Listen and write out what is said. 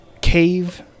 cave